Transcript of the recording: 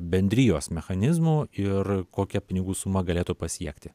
bendrijos mechanizmų ir kokią pinigų sumą galėtų pasiekti